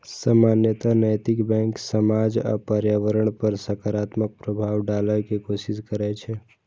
सामान्यतः नैतिक बैंक समाज आ पर्यावरण पर सकारात्मक प्रभाव डालै के कोशिश करै छै